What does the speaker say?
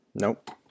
Nope